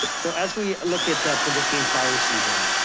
but so as we look at predicting fire season,